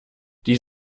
die